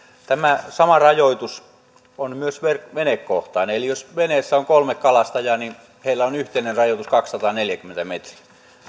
tämä sama rajoitus on myös venekohtainen eli jos veneessä on kolme kalastajaa niin heillä on yhteinen rajoitus kaksisataaneljäkymmentä metriä